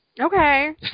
Okay